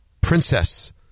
princess